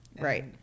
right